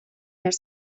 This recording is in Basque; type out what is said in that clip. behar